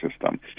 system